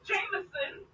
Jameson